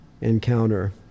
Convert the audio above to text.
encounter